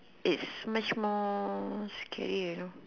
it's much more scary you know